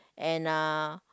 and uh